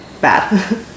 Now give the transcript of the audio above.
Bad